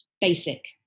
basic